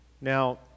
Now